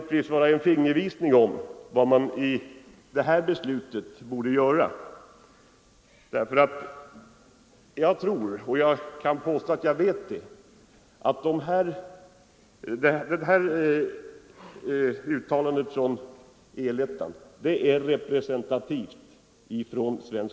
Det kan vara en fingervisning om hur de bör agera i den här frågan. Jag vet att det här uttalandet från El-ettan är representativt för svensk fackföreningsrörelse. Det har gjorts flera ut talanden, men jag tänker inte trötta kammaren med att läsa upp dem.